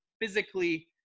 physically